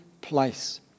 place